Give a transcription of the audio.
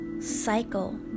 cycle